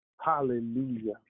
Hallelujah